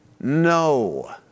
No